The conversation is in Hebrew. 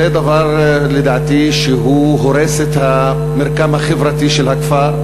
זה דבר שלדעתי הורס את המרקם החברתי של הכפר,